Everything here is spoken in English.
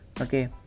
Okay